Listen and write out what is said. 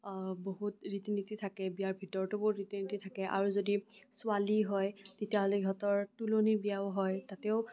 বহুত ৰীতি নীতি থাকে বিয়া ভিতৰতো বহুত ৰীতি নীতি থাকে আৰু যদি ছোৱালী হয় তেতিয়াহ'লে ইহঁতৰ তোলনি বিয়াও হয় তাতেও